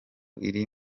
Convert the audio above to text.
iri